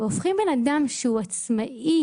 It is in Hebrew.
הופכים אדם עצמאי,